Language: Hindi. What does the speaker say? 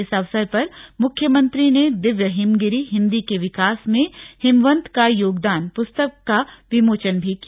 इस अवसर पर मुख्यमंत्री ने दिव्य हिमगिरि हिन्दी के विकास में हिमवंत का योगदान पुस्तक का विमोचन भी किया